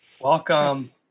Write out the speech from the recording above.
welcome